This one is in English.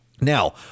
Now